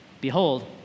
Behold